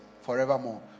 forevermore